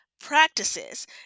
practices